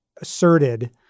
asserted